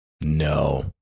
No